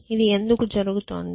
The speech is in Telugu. ఇది ఎందుకు జరుగుతోంది